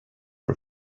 for